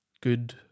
good